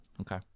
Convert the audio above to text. Okay